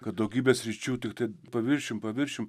kad daugybė sričių tiktai paviršium paviršium